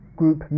group